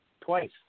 Twice